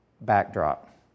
backdrop